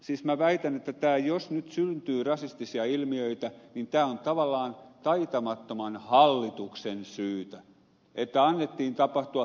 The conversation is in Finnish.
siis minä väitän että jos nyt syntyy rasistisia ilmiöitä niin tämä on tavallaan taitamattoman hallituksen syytä että annettiin tapahtua